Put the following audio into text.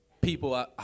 people